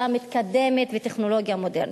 טכנולוגיה מתקדמת וטכנולוגיה מודרנית.